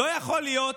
לא יכול להיות